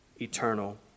eternal